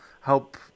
help